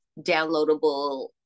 downloadable